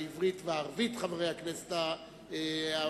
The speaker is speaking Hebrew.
העברית והערבית, חברי הכנסת הערבים,